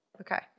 Okay